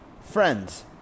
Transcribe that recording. friends